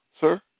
sir